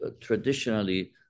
traditionally